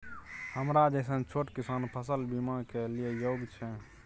हमरा जैसन छोट किसान फसल बीमा के लिए योग्य छै?